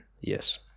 Yes